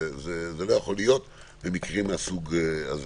זה לא יכול להיות במקרים מהסוג הזה.